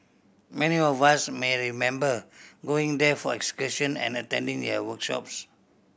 many of us may remember going there for excursion and attending their workshops